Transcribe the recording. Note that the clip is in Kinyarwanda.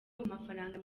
k’amafaranga